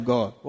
God